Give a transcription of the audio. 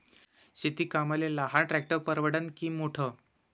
शेती कामाले लहान ट्रॅक्टर परवडीनं की मोठं?